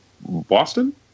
Boston